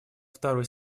второй